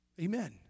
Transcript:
Amen